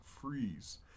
freeze